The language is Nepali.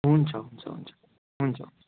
हुन्छ हुन्छ हुन्छ